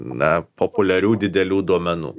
na populiarių didelių duomenų